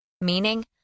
Meaning